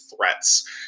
threats